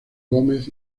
gómez